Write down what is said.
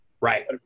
right